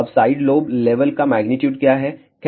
अब side lobe level का magnitude क्या है